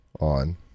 on